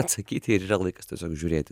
atsakyti ir yra laikas tiesiog žiūrėti